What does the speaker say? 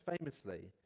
famously